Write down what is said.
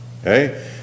okay